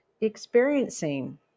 experiencing